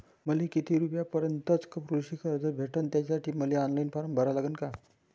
मले किती रूपयापर्यंतचं कृषी कर्ज भेटन, त्यासाठी मले ऑनलाईन फारम भरा लागन का?